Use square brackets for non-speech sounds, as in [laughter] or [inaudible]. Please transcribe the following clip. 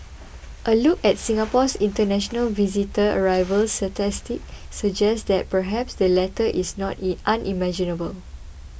a look at Singapore's international visitor arrival statistics suggest that perhaps the latter is not [unintelligible] unimaginable